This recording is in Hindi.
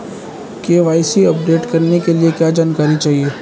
के.वाई.सी अपडेट करने के लिए क्या जानकारी चाहिए?